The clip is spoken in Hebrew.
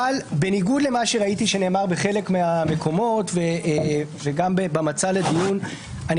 אבל בניגוד למה שראיתי שנאמר בחלק מהמקומות וגם במצע לדיון אני